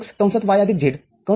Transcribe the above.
y z x